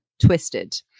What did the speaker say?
Twisted